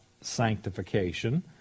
sanctification